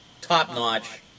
top-notch